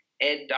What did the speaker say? Ed